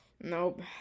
Nope